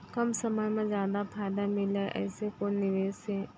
कम समय मा जादा फायदा मिलए ऐसे कोन निवेश हे?